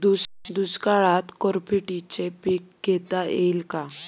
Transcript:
दुष्काळात कोरफडचे पीक घेता येईल का?